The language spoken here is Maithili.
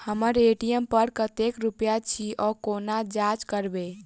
हम्मर ए.टी.एम पर कतेक रुपया अछि, ओ कोना जाँच करबै?